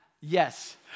Yes